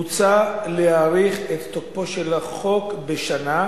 מוצע להאריך את תוקפו של החוק בשנה,